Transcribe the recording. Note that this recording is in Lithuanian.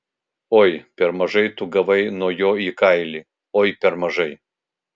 oi per mažai tu gavai nuo jo į kailį oi per mažai